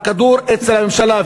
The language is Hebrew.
הכדור אצל הממשלה.